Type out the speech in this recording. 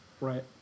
Right